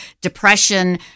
depression